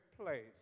place